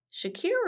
Shakira